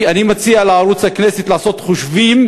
אני מציע לערוץ הכנסת לעשות חושבים